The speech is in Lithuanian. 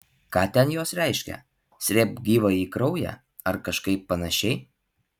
ką ten jos reiškia srėbk gyvąjį kraują ar kažkaip panašiai